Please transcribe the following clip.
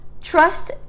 Trust